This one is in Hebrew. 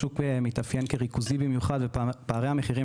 השוק מתאפיין כריכוזי במיוחד ופערי המחירים